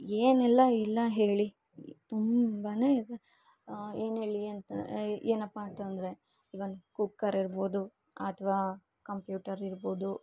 ಏನೆಲ್ಲ ಇಲ್ಲ ಹೇಳಿ ತುಂಬಾ ಇದೆ ಏನು ಹೇಳಲಿ ಅಂತ ಏನಪ್ಪಾ ಅಂತಂದರೆ ಇವನ್ ಕುಕ್ಕರ್ ಇರ್ಬೊದು ಅಥ್ವಾ ಕಂಪ್ಯೂಟರ್ ಇರ್ಬೊದು